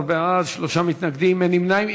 12 בעד, שלושה מתנגדים, אין נמנעים.